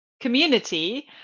community